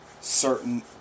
certain